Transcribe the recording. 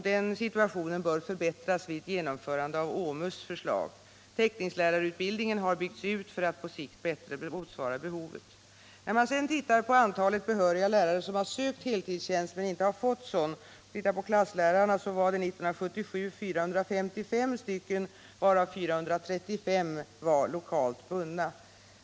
Den situationen bör förbättras vid ett genomförande av OMUS förslag. Teckningslärarutbildningen har byggts ut för att på sikt bättre motsvara behovet. När man sedan tittar på antalet behöriga lärare som har sökt heltidstjänst men inte fått sådan, så finner man beträffande t.ex. klasslärare att det var 455 år 1977, varav 435 var lokalt bundna.